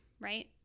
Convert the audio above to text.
Right